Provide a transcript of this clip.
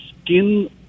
skin